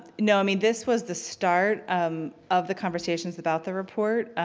no i mean this was the start um of the conversations about the report, ah